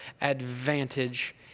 advantage